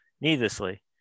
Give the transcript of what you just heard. needlessly